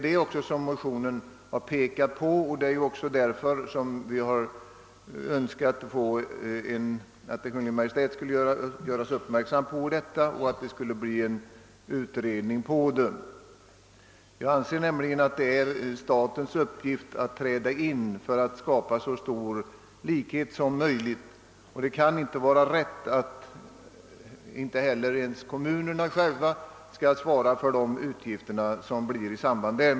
Med vår motion har vi velat att riksdagen skall göra Kungl. Maj:t uppmärksam på detta och begära en utredning. Jag anser att det är statens uppgift att i sådana här fall skapa så likartade villkor som möjligt för alla medborgare. Det kan inte vara rätt att kommunerna skall svara för dessa uppgifter.